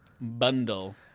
Bundle